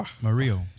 Mario